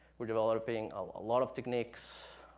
we're developing a lot of techniques,